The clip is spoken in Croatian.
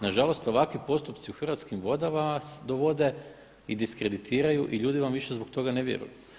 Na žalost ovakvi postupci u Hrvatskim vodama vas dovode i diskreditiraju i ljudi vam više zbog toga ne vjeruju.